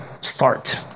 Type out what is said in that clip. start